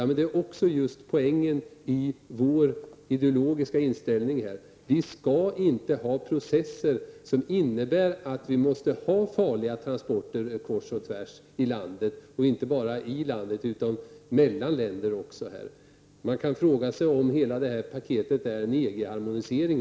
Men poängen i vår ideologiska inställning är just att man inte skall ha processer som innebär att det måste utföras farliga transporter kors och tvärs i landet och inte bara i landet utan mellan länder också. Det finns anledning att ställa frågan om hela det här paketet också är en EG-harmonisering.